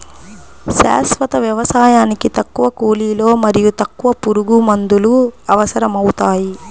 శాశ్వత వ్యవసాయానికి తక్కువ కూలీలు మరియు తక్కువ పురుగుమందులు అవసరమవుతాయి